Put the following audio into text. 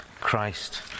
Christ